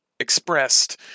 expressed